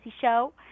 Show